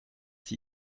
sie